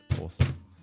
Awesome